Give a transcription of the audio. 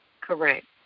Correct